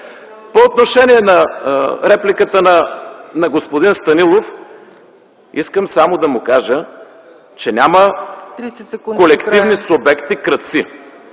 По отношение на репликата на господин Станилов искам само да му кажа, че няма колективни субекти крадци